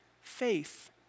faith